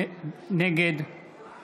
נגד